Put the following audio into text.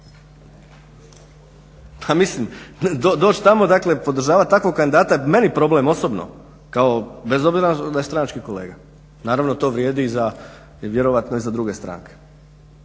Pa mislim doći tamo, dakle podržavati takvog kandidata je meni problem osobno kao bez obzira da je stranački kolega. Naravno, to vrijedi i za, vjerojatno i za druge stranke.